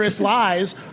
lies